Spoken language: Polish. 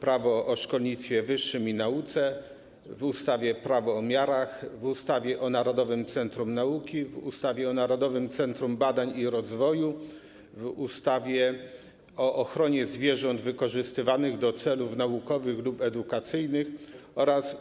Prawo o szkolnictwie wyższym i nauce, w ustawie - Prawo o miarach, w ustawie o Narodowym Centrum Nauki, w ustawie o Narodowym Centrum Badań i Rozwoju, w ustawie o ochronie zwierząt wykorzystywanych do celów naukowych lub edukacyjnych oraz w